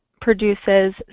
produces